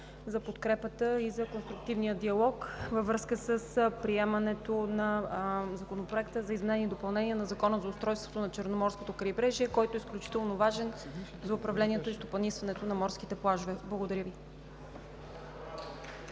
за подкрепата и за конструктивния диалог във връзка с приемането на Законопроекта за изменение и допълнение на Закона за устройството на Черноморското крайбрежие, който е изключително важен за управлението и стопанисването на морските плажове. Благодаря Ви.